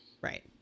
Right